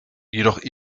jedoch